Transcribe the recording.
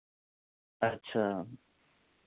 अच्छा